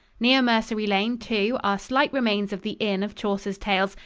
near mercery lane, too, are slight remains of the inn of chaucer's tales,